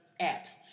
apps